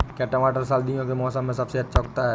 क्या टमाटर सर्दियों के मौसम में सबसे अच्छा उगता है?